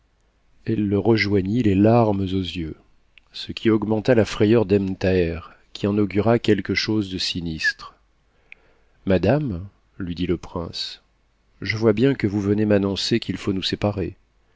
le rejoignit les larmes aux yeux ce qui augmenta la frayeur d'ebn thaher qui en augura quelque chose de sinistre a madame lui dit te prince je vois bien que vous venez m'annoncer qu'il faut nous séparer